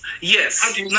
Yes